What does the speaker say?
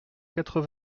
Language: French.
quatre